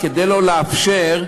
יצאו לפנסיה,